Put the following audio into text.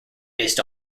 based